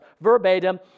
verbatim